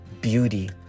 beauty